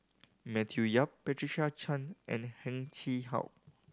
Matthew Yap Patricia Chan and Heng Chee How